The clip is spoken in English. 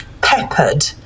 peppered